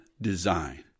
design